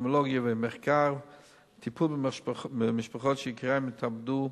טיפול במשפחות שיקיריהן התאבדו,